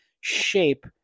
shape